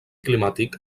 climàtic